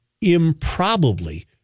improbably